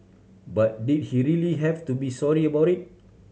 but did he really have to be sorry about it